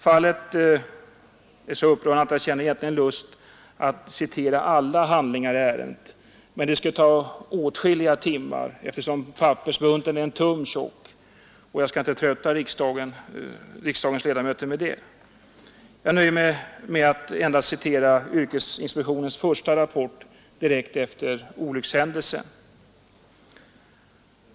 Fallet är så upprörande att jag känner lust att citera alla handlingar i ärendet, men det skulle ta åtskilliga timmar eftersom pappersbunten är en tum tjock, och jag skall inte trötta kammarens ledamöter med det. Jag nöjer mig med att citera yrkesinspektionens första rapport direkt efter olyckshändelsen.